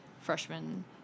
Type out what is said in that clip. freshman